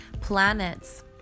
planets